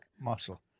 muscle